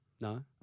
No